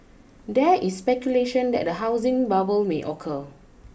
there is speculation that a housing bubble may occur